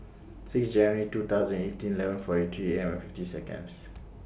six January two thousand and eighteen eleven forty three A M fifty Seconds